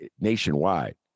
nationwide